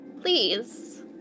Please